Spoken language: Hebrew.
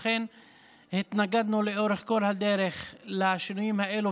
לכן התנגדנו לאורך כל הדרך לשינויים האלה,